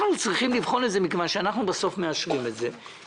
אנחנו צריכים לבחון את זה מכיוון שאנחנו בסוף מאשרים את זה.